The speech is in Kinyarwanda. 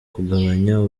kugabanya